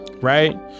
right